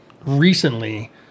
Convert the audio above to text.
recently